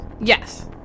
Yes